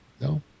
No